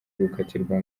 gukatirwa